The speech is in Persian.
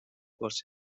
فرصت